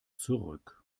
zurück